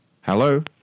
Hello